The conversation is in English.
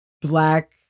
black